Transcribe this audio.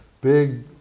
Big